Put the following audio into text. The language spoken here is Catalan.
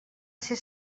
ser